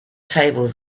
table